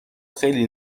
خیلی